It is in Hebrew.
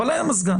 אבל אין מזגן,